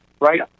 Right